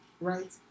right